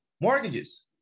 mortgages